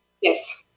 Yes